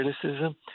criticism